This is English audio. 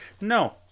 No